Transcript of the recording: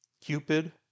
Cupid